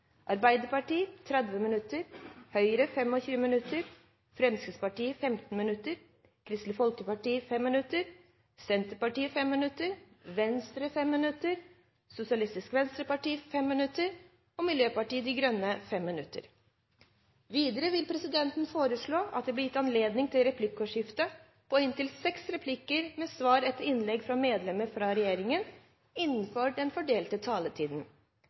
Arbeiderpartiet 30 minutter, Høyre 25 minutter, Fremskrittspartiet 15 minutter, Kristelig Folkeparti 5 minutter, Senterpartiet 5 minutter, Venstre 5 minutter, Sosialistisk Venstreparti 5 minutter og Miljøpartiet De Grønne 5 minutter. Videre vil presidenten foreslå at det blir gitt anledning til replikkordskifte på inntil seks replikker med svar etter innlegg fra medlemmer av regjeringen innenfor den fordelte